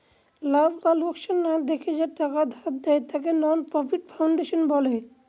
লাভ লোকসান না দেখে যে টাকা ধার দেয়, তাকে নন প্রফিট ফাউন্ডেশন বলে